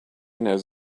knows